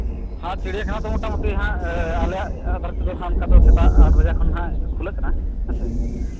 ᱦᱮᱸ ᱪᱤᱲᱭᱟᱠᱷᱟᱱᱟ ᱫᱚ ᱢᱳᱴᱟᱢᱩᱴᱤ ᱦᱟᱸᱜ ᱟᱞᱮᱭᱟᱜ ᱟᱫᱷᱟᱨ ᱛᱮᱫᱚ ᱚᱱᱠᱟ ᱫᱚ ᱥᱮᱛᱟᱜ ᱟᱴ ᱵᱟᱡᱟᱜ ᱠᱷᱚᱱᱜᱮ ᱦᱟᱸᱜ ᱠᱷᱩᱞᱟᱹᱜ ᱠᱟᱱᱟ ᱦᱮᱸᱥᱮ